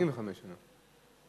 85 שנה.